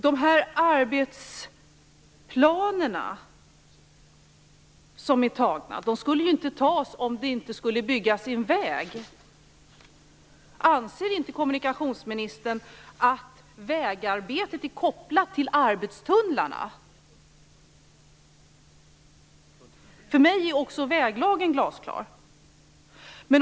De arbetsplaner som är beslutade skulle ju inte antas om det inte skulle byggas en väg. Anser inte kommunikationsministern att vägarbetet är kopplat till arbetstunnlarna? För mig är också väglagen glasklar.